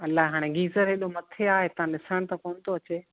अलाए हाणे गीजर एॾो मथे आहे हितां ॾिसण त कोन्ह थो अचे